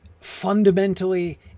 fundamentally